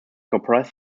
compress